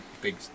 big